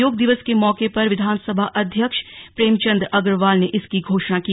योग दिवस के मौके पर विधानसभा अध्यक्ष प्रेमचंद अग्रवाल ने इसकी घोषणा की